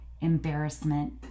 embarrassment